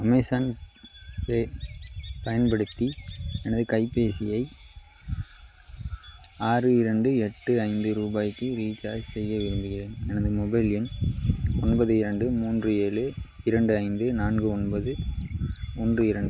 Amazon pay பயன்படுத்தி எனது கைபேசியை ஆறு இரண்டு எட்டு ஐந்து ரூபாய்க்கு ரீசார்ஜ் செய்ய விரும்புகின்றேன் எனது மொபைல் எண் ஒன்பது இரண்டு மூன்று ஏழு இரண்டு ஐந்து நான்கு ஒன்பது ஒன்று இரண்டு